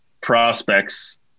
prospects